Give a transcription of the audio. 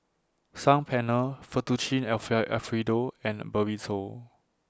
Saag Paneer Fettuccine Alfredo and Burrito